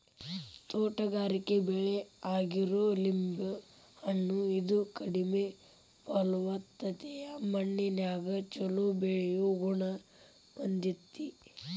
ತೋಟಗಾರಿಕೆ ಬೆಳೆ ಆಗಿರೋ ಲಿಂಬೆ ಹಣ್ಣ, ಇದು ಕಡಿಮೆ ಫಲವತ್ತತೆಯ ಮಣ್ಣಿನ್ಯಾಗು ಚೊಲೋ ಬೆಳಿಯೋ ಗುಣ ಹೊಂದೇತಿ